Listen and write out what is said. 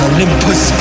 Olympus